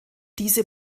diese